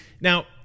Now